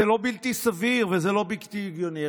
זה לא בלתי סביר, וזה לא בלתי הגיוני.